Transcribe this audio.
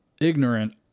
ignorant